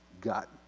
gut